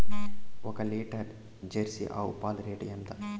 ఒక litre Jersey ఆవు పాలు రేటు ఎంత?